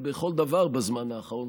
בכל דבר בזמן האחרון,